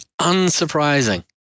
unsurprising